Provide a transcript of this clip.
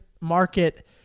market